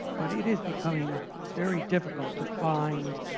but it is becoming very difficult to find